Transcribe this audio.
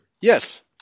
Yes